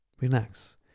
Relax